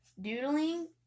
doodling